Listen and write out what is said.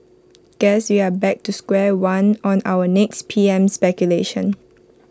guess we are back to square one on our next P M speculation